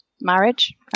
marriage